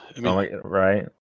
Right